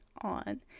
on